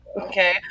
okay